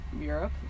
Europe